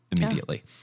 immediately